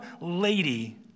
lady